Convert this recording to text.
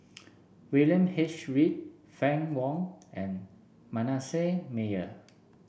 William H Read Fann Wong and Manasseh Meyer